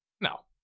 No